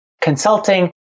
consulting